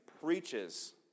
preaches